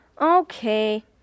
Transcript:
Okay